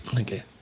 Okay